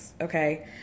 okay